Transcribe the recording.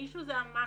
האישיו הוא המקרו,